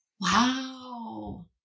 Wow